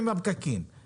המצב הוא זוועה.